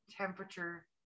temperature